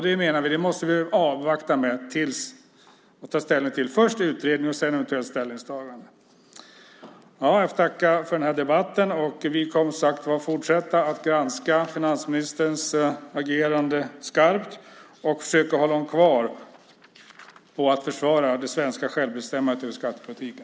Vi menar att vi måste avvakta med det och ta ställning till det först i utredningar och sedan i ett eventuellt ställningstagande. Jag tackar för debatten. Vi kommer att fortsätta att granska finansministerns agerande skarpt och försöka hålla honom kvar i att försvara det svenska självbestämmandet över skattepolitiken.